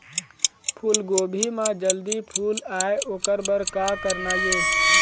फूलगोभी म जल्दी फूल आय ओकर बर का करना ये?